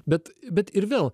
bet bet ir vėl